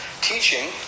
teaching